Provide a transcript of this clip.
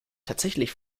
tatsächlich